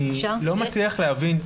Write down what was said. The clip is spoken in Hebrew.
אני לא מצליח להבין.